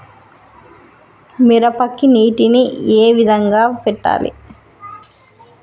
మిరపకి నీటిని ఏ విధంగా పెట్టాలి?